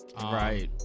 Right